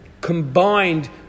combined